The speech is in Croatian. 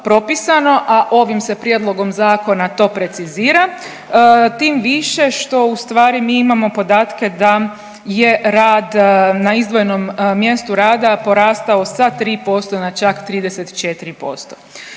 a ovim se Prijedlogom zakona to precizira. Tim više što ustvari mi imamo podatke da je rad na izdvojenom mjestu rada porastao sa 3% na čak 34%.